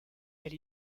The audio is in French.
elle